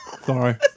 Sorry